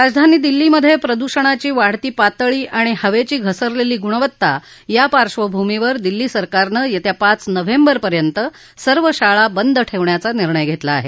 राजधानी दिल्लीमधे प्रदूषणाची वाढती पातळी आणि हवेची घसरलेली गुणवत्ता या पार्श्वभूमीवर दिल्ली सरकारनं येत्या पाच नोव्हेंबरपर्यंत सर्व शाळा बंद ठेवण्याचा निर्णय घेतली आहे